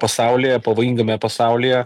pasaulyje pavojingame pasaulyje